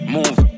Move